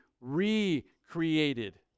recreated